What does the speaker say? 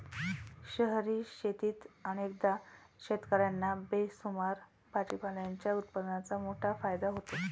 शहरी शेतीत अनेकदा शेतकर्यांना बेसुमार भाजीपाल्याच्या उत्पादनाचा मोठा फायदा होतो